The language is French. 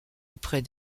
auprès